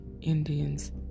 Indians